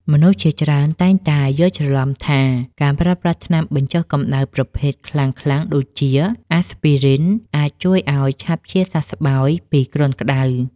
មនុស្សជាច្រើនតែងតែយល់ច្រឡំថា ការប្រើប្រាស់ថ្នាំបញ្ចុះកម្ដៅប្រភេទខ្លាំងៗដូចជា អាស្ពីរីន ( Aspirin ) អាចជួយឱ្យឆាប់ជាសះស្បើយពីគ្រុនក្តៅ។